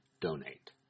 donate